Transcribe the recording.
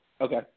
Okay